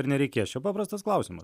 ar nereikės čia paprastas klausimas